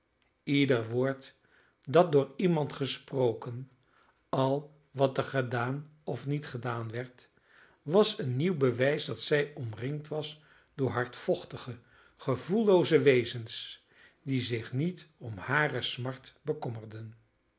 ieder woord dat door iemand gesproken al wat er gedaan of niet gedaan werd was een nieuw bewijs dat zij omringd was door hardvochtige gevoellooze wezens die zich niet om hare smart bekommerden